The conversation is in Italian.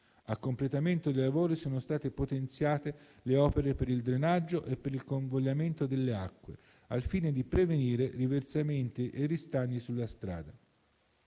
A completamento dei lavori sono state potenziate le opere per il drenaggio e il convogliamento delle acque, al fine di prevenire riversamenti e ristagni sulla strada.